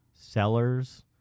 sellers